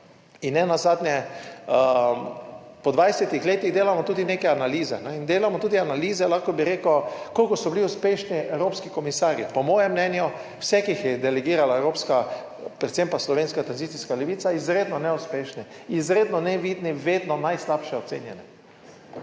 In nenazadnje po 20 letih delamo tudi neke analize in delamo tudi analize, lahko bi rekel, koliko so bili uspešni evropski komisarji. Po mojem mnenju vse, ki jih je delegirala evropska, predvsem pa slovenska tranzicijska levica, izredno neuspešni, izredno nevidni, vedno najslabše ocenjene.